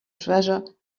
treasure